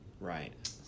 Right